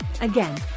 Again